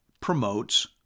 promotes